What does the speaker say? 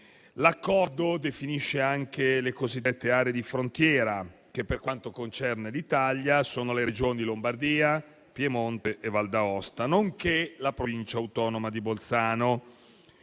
L'accordo definisce anche le cosiddette aree di frontiera, che per quanto concerne l'Italia sono le Regioni Lombardia, Piemonte e Valle d'Aosta, nonché la Provincia autonoma di Bolzano.